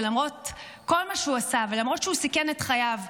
למרות כל מה שהוא עשה ולמרות שהוא סיכן את חייו,